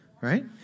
Right